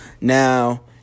now